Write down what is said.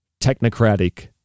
technocratic